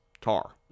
Tar